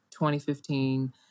2015